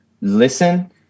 listen